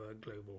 global